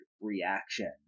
reaction